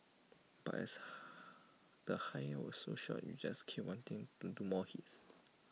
but as the higher was so short you just keep wanting to do more hits